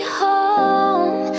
home